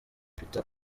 peter